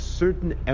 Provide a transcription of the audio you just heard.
certain